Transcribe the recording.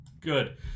Good